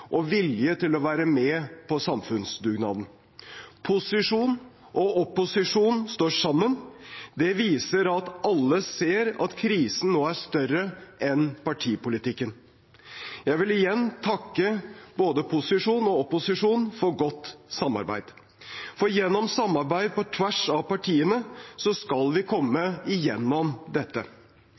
og vilje til å være med på samfunnsdugnaden. Posisjon og opposisjon står sammen. Det viser at alle ser at krisen nå er større enn partipolitikken. Jeg vil igjen takke både posisjon og opposisjon for godt samarbeid. Gjennom samarbeid på tvers av partiene skal vi komme gjennom dette.